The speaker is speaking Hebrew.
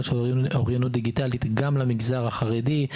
של אוריינות דיגיטלית גם למגזר החרדי.